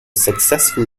successful